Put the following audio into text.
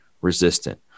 resistant